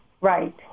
right